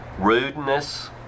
rudeness